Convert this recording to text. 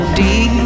deep